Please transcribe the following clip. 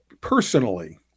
personally